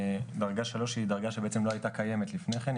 דרגה 3 היא דרגה שבעצם לא הייתה קיימת לפני כן.